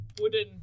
wooden